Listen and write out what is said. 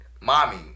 mommy